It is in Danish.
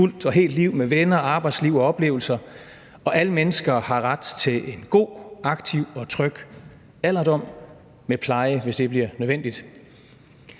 fuldt og helt liv med venner, arbejdsliv og oplevelser. Og alle mennesker har ret til en god, aktiv og tryg alderdom med pleje, hvis det bliver nødvendigt.